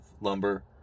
lumber